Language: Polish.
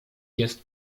jest